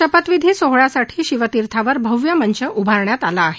शपथविधी सोहळ्यासाठी शिवतीर्थावर भव्य मंच उभारण्यात आला होता